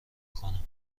کنم